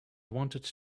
wanted